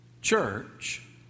Church